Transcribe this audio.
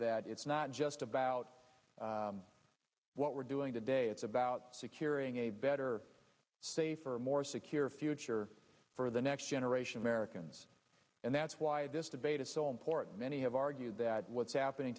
that it's not just about what we're doing today it's about securing a better safer more secure future for the next generation americans and that's why this debate is so important many have argued that what's happening